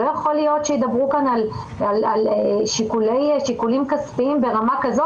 לא יכול להיות שידברו כאן על שיקולים כספיים ברמה כזאת.